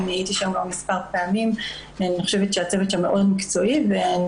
אני הייתי שם מספר פעמים ואני חושבת שהצוות שם מאוד מקצועי ואני